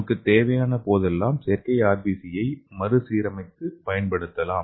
நமக்குத் தேவையான போதெல்லாம் செயற்கை ஆர்பிசியை மறுசீரமைத்து பயன்படுத்தலாம்